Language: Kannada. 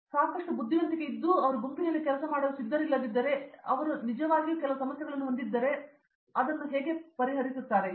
ಅವರಿಗೆ ಸಾಕಷ್ಟು ಬುದ್ಧಿವಂತಿಕೆ ಮತ್ತು ಎಲ್ಲರೂ ಇದ್ದರೆ ಅವರು ಗುಂಪಿನಲ್ಲಿ ಕೆಲಸ ಮಾಡಲು ಸಿದ್ಧರಿಲ್ಲದಿದ್ದರೆ ಅವರು ನಿಜವಾಗಿಯೂ ಕೆಲವು ಸಮಸ್ಯೆಗಳನ್ನು ಹೊಂದಿದ್ದರೆ ಇತರ ಜನರು ಹೇಗೆ ಭಾವಿಸುತ್ತಾರೆ ಮತ್ತು ಎಲ್ಲವನ್ನು ಅರ್ಥಮಾಡಿಕೊಳ್ಳಬೇಕು